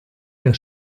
der